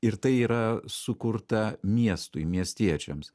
ir tai yra sukurta miestui miestiečiams